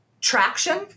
traction